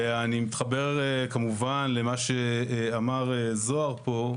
ואני מתחבר כמובן למה שאמר זהר פה,